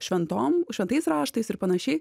šventom šventais raštais ir panašiai